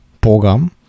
program